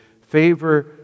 favor